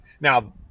Now